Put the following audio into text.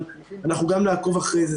אבל אנחנו גם נעקוב אחר זה.